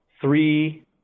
three